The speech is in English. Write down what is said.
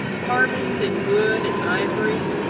carvings in wood and ivory,